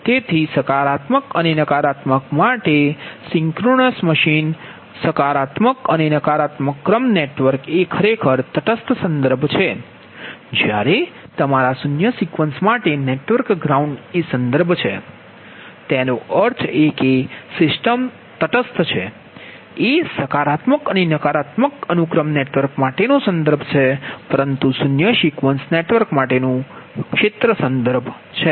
તેથી સકારાત્મક અને નકારાત્મક માટે સિંક્રનસ મશીન માટે સકારાત્મક અને નકારાત્મક ક્રમ નેટવર્ક એ ખરેખર તટસ્થ સંદર્ભ છે જ્યારે તમારા શૂન્ય સિક્વન્સ માટે નેટવર્ક ગ્રાઉન્ડ સંદર્ભ છે તેનો અર્થ એ કે સિસ્ટમનો તટસ્થ એ સકારાત્મક અને નકારાત્મક અનુક્રમ નેટવર્ક માટેનો સંદર્ભ છે પરંતુ શૂન્ય સિક્વન્સ નેટવર્ક માટેનું ક્ષેત્ર સંદર્ભ છે